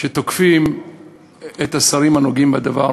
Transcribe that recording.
שתוקפים את השרים הנוגעים בדבר